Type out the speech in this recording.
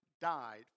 died